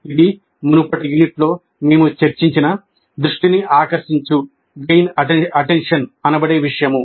ఇది మునుపటి యూనిట్లో మేము చర్చించిన "దృష్టిని ఆకర్షించు" అనబడే విషయము